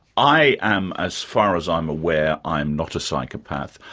i am, as far as i'm aware, i am not a psychopath.